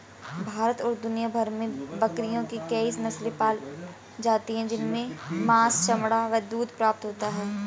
भारत और दुनिया भर में बकरियों की कई नस्ले पाली जाती हैं जिनसे मांस, चमड़ा व दूध प्राप्त होता है